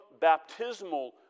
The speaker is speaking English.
baptismal